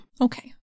Okay